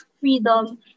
freedom